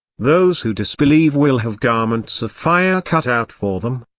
those who disbelieve will have garments of fire cut out for them,